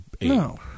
No